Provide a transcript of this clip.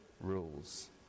rules